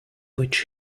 which